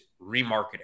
remarketing